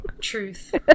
Truth